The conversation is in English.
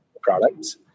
products